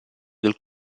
del